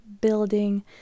building